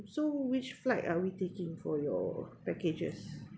so which flight are we taking for your packages